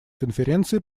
конференции